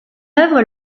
œuvre